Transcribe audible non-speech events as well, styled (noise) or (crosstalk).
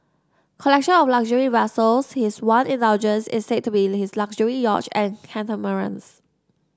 collection of luxury vessels his one indulgence is said to be (unintelligible) his luxury yachts and catamarans